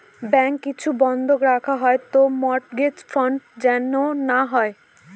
bank কিছু বন্ধক রাখা হয় তো মর্টগেজ ফ্রড যেন না হয়